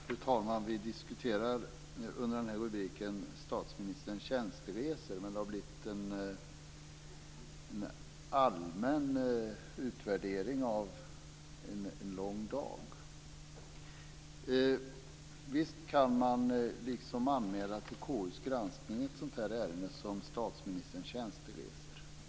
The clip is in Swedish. Fru talman! Vi diskuterar under den här rubriken statsministerns tjänsteresor. Men det har blivit en allmän utvärdering av en lång dag. Visst kan man till KU anmäla ett ärende som statsministerns tjänsteresor.